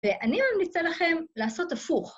ואני ממליצה לכם לעשות הפוך.